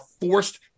forced